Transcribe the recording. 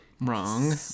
Wrong